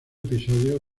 episodio